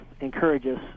encourages